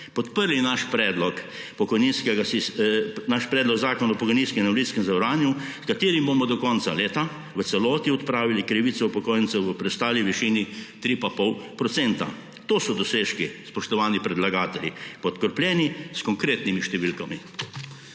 podprli naš predlog zakona o pokojninskem in invalidskem zavarovanju, s katerim bomo do konca leta v celoti odpravili krivico upokojencev v preostali višini 3,5 %. To so dosežki, spoštovani predlagatelji, podkrepljeni s konkretnimi številkami.